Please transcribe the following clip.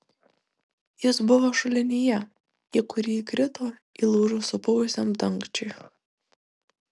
jis buvo šulinyje į kurį įkrito įlūžus supuvusiam dangčiui